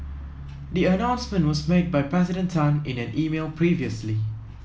the announcement was made by President Tan in an email previously